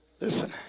listen